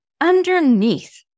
underneath